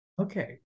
Okay